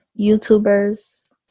youtubers